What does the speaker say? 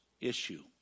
issue